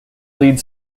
lead